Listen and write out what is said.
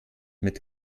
mit